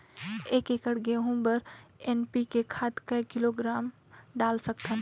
एक एकड़ गहूं बर एन.पी.के खाद काय किलोग्राम डाल सकथन?